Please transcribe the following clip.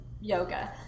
yoga